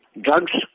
Drugs